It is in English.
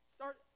Start